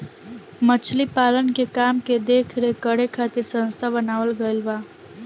मछली पालन के काम के देख रेख करे खातिर संस्था बनावल गईल बा